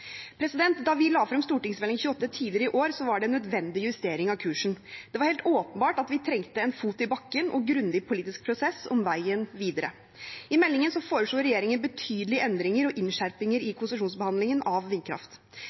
Da vi la frem Meld. St. 28 for 2019 –2020 tidligere i år, var det en nødvendig justering av kursen. Det var helt åpenbart at vi trengte å ta en fot i bakken og en grundig politisk prosess om veien videre. I meldingen foreslo regjeringen betydelige endringer og innskjerpinger i konsesjonsbehandlingen av